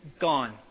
Gone